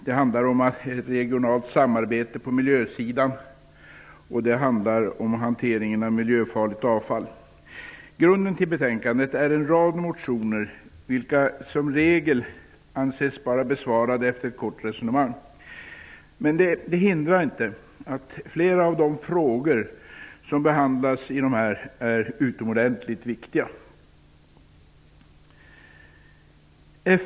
Det handlar också om regionalt samarbete på miljösidan och om hanteringen av miljöfarligt avfall. Som grund till betänkandet ligger en rad motioner vilka som regel anses besvarade efter bara ett kort resonemang. Det hindrar inte att flera av de frågor som behandlas i de här motionerna är utomordentligt viktiga.